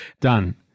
Done